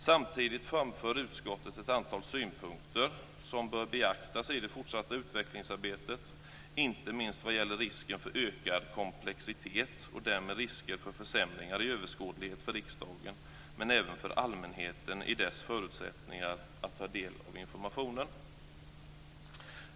Samtidigt framför utskottet ett antal synpunkter som bör beaktas i det fortsatta utvecklingsarbetet, inte minst vad gäller risken för en ökad komplexitet och därmed risker för försämringar i överskådlighet för riksdagen men även för allmänheten i dess förutsättningar att ta del av informationen.